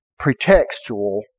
pretextual